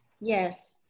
Yes